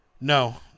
No